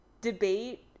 debate